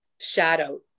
shadow